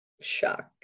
shock